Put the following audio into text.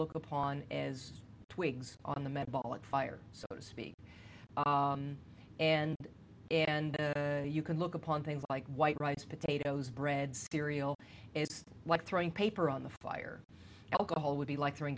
look upon as twigs on the metabolic fire so to speak and and you can look upon things like white rice potatoes bread cereal it's like throwing paper on the fire alcohol would be like throwing